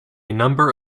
number